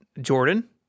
Jordan